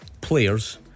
players